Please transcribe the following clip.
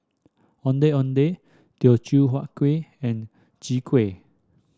Ondeh Ondeh Teochew Huat Kuih and Chwee Kueh